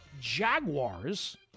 jaguars